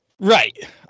Right